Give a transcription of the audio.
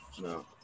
No